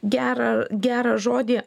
gerą gerą žodį